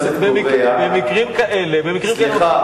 במקרים כאלה, סליחה.